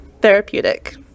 therapeutic